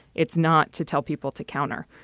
it's not to tell people to counter.